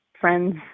friends